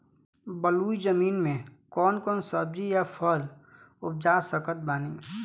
बलुई जमीन मे कौन कौन सब्जी या फल उपजा सकत बानी?